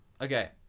Okay